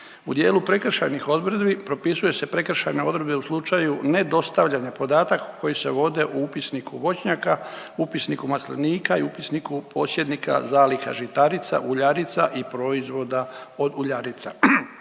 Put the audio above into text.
U dijelu prekršajnih odredbi propisuju se prekršajne odredbe u slučaju nedostavljanja podataka koji se vode u upisniku voćnjaka, upisniku maslinika i upisniku posjednika zaliha žitarica, uljarica i proizvoda od uljarica.